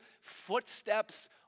footsteps